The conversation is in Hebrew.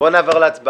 בואו נעבור להצבעה.